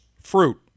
fruit